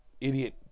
idiot